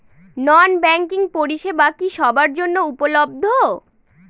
নন banking পরিষেবা কি সবার জন্য উপলব্ধ?